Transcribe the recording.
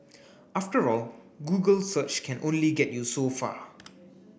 after all Google search can only get you so far